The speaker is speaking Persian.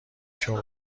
شغل